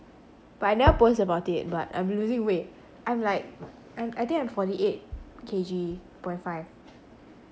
but I never post about it but I'm losing weight I'm like I I think I'm forty eight K_G point five